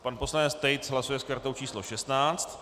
Pan poslanec Tejc hlasuje s kartou číslo 16.